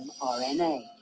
mRNA